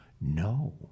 no